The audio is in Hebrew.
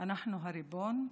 אנחנו הריבון,